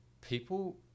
People